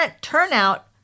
turnout